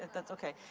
that's okay.